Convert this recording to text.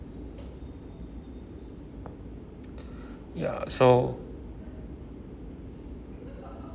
ya so